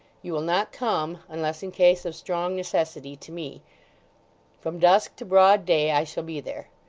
you will not come, unless in case of strong necessity, to me from dusk to broad day i shall be there.